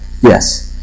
Yes